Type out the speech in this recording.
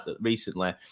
recently